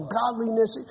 godliness